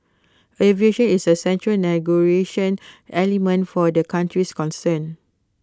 aviation is A central negotiating element for the countries concerned